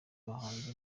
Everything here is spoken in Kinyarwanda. bahanzi